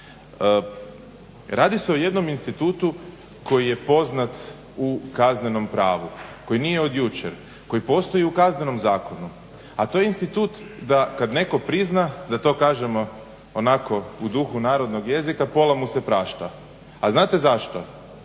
Radi se o jednom institutu koji je poznat u kaznenom pravu koji nije od jučer, koji postoji u Kaznenom zakonu a to je institut da kad netko prizna da to kažemo onako u duhu narodnog jezika pola mu se prašta. A znate zašto?